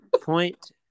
Point